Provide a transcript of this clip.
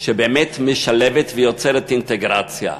שבאמת משלבת ויוצרת אינטגרציה.